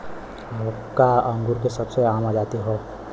हरका अंगूर के सबसे आम जाति हौ